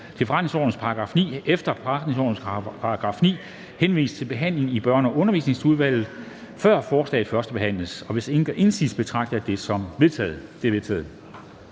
i henhold til forretningsordenens § 9 henvises til behandling i Børne- og Undervisningsudvalget før forslagets førstebehandling. Hvis ingen gør indsigelse, betragter jeg det som vedtaget. Det er vedtaget.